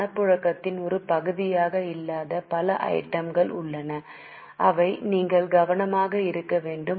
பணப்புழக்கத்தின் ஒரு பகுதியாக இல்லாத பல ஐட்டம் கள் உள்ளன அவை நீங்கள் கவனமாக இருக்க வேண்டும்